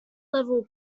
level